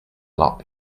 lot